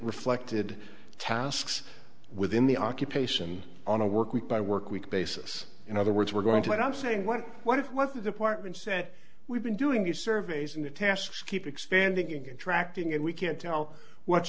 reflected tasks within the occupation on a work week by work week basis in other words we're going to what i'm saying what what if what the department said we've been doing the surveys in the tasks keep expanding interacting and we can't tell what's